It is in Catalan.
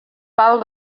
pal